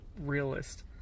realist